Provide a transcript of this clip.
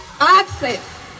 access